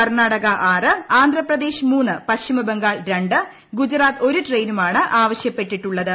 കർണ്ണാടക ആറ് ആന്ധ്രാ പ്രദേശ് മൂന്ന് പശ്ചിമ ബംഗാൾ രണ്ട് ഗുജറാത്ത് ഒരു ട്രെയിനുമാണ് ആവശ്യപ്പെട്ടിട്ടുള്ളത്